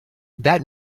that